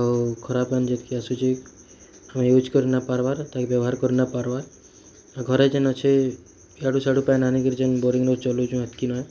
ଆଉ ଖରାପ୍ ପାନ୍ ଯେତ୍କି ଆସୁଛି ଆମେ ୟୁଜ୍ କରି ନା ପାର୍ବାର୍ ତାକେ ବ୍ୟବହାର୍ କରି ନା ପାର୍ବାର୍ ଘରେ ଯେନ୍ ଅଛେ ଇଆଡ଼ୁ ସିଆଡ଼ୁ ପାନି ଆନିକିରି ଯେନ୍ ବୋରିଙ୍ଗ୍ ନ ଚଲଉଛୁଁ ହେତ୍କି ନ